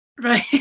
Right